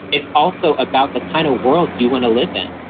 it's also about the kind of world you want to live in.